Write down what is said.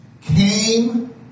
came